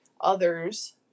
others